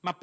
ma